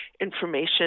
information